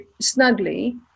snugly